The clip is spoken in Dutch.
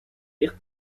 dicht